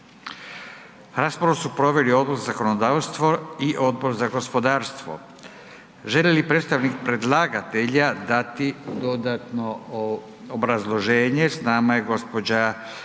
Raspravu su proveli Odbor za zakonodavstvo te Odbor za gospodarstvo. Želi li predstavnik predlagatelja dati dodatno obrazloženje? S nama je gđa. državna